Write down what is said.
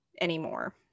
anymore